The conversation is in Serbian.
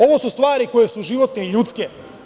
Ovo su stvari koje su životne i ljudske.